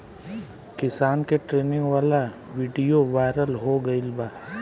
किसान के ट्रेनिंग वाला विडीओ वायरल हो गईल बा